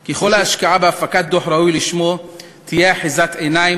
כי כל ההשקעה בהפקת דוח ראוי לשמו תהיה אחיזת עיניים,